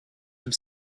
have